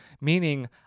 Meaning